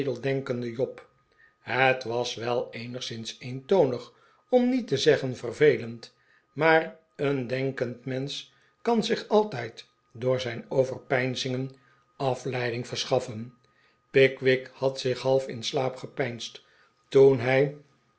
edeldenkenden job het was wel eenigszins eentonig om niet te zeggen yervelend maar een denkend mensch kan zich altijd door zijn overpeinzingen afleiding verschaffen pickwick had zich half in slaap gepeinsd toen hij